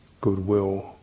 goodwill